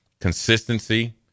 consistency